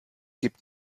gibt